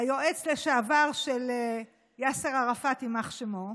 היועץ לשעבר של יאסר ערפאת, יימח שמו,